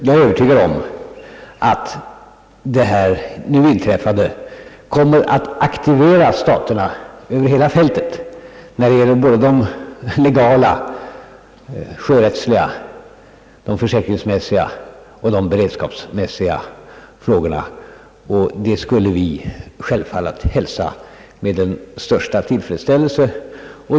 Jag är övertygad om att det nu inträffade kommer att aktivera staterna över hela fältet när det gäller både de legala sjörättsliga, de försäkringsmässiga och de beredskapsmässiga frågorna, och det skulle vi självfallet hälsa med den största tillfredsställelse.